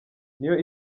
niyo